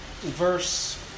verse